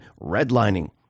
redlining